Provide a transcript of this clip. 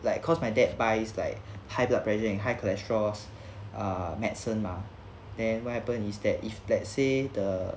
like cause my dad buys like high blood pressure and high cholesterol err medicine mah then what happen is that if let's say the